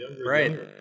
Right